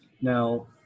Now